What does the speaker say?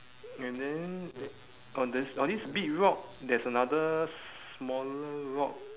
and then eh on this on this big rock there's another smaller rock